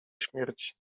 śmierci